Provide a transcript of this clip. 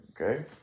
Okay